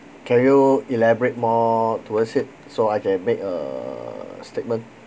can you elaborate more towards it so I can make a statement